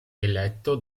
eletto